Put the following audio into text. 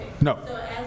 No